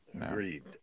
Agreed